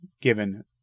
given